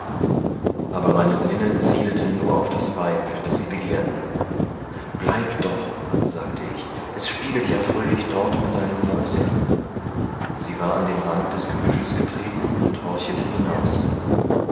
aber meine sinne zieleten nur auf das weib das sie begehrten bleib doch sagte ich es spielet ja fröhlich dort mit seinem moose sie war an den rand des gebüsches getreten und horchete hinaus